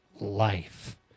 life